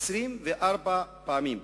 24 פעמים.